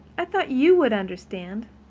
i thought you would understand.